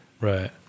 Right